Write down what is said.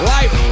Life